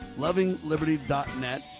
LovingLiberty.net